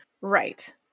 right